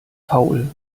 faul